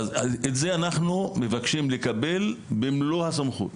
אז את זה אנחנו מבקשים לקבל במלוא הסמכות,